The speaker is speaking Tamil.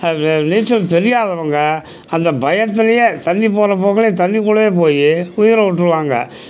நீச்சல் தெரியாதவங்க அந்த பயத்துலேயே தண்ணி போகிறப் போக்கில் தண்ணிக்குள்ளேயே போய் உயிரை விட்ருவாங்க